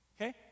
Okay